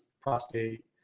prostate